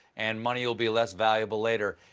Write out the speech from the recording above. and money will be less valuable later.